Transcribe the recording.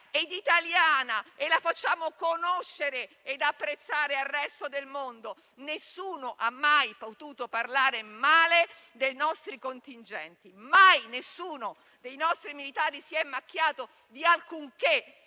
e italiana e la facciamo conoscere e apprezzare al resto del mondo. Nessuno ha mai potuto parlare male dei nostri contingenti e mai nessuno dei nostri militari si è macchiato di alcunché,